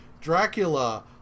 Dracula